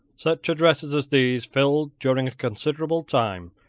such addresses as these filled, during a considerable time,